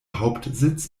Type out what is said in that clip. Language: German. hauptsitz